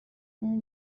اون